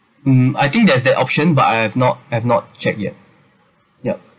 um I think there's that option but I have I've not check yet yup